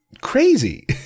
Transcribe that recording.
crazy